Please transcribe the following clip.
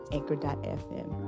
Anchor.fm